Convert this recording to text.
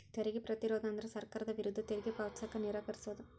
ತೆರಿಗೆ ಪ್ರತಿರೋಧ ಅಂದ್ರ ಸರ್ಕಾರದ ವಿರುದ್ಧ ತೆರಿಗೆ ಪಾವತಿಸಕ ನಿರಾಕರಿಸೊದ್